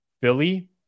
philly